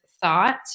thought